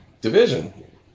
division